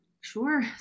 Sure